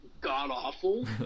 god-awful